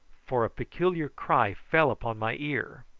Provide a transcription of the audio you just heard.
for a peculiar cry fell upon my ear.